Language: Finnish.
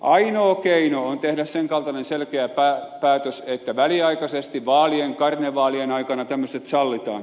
ainoa keino on tehdä sen kaltainen selkeä päätös että väliaikaisesti vaalien karnevaalien aikana tämmöiset sallitaan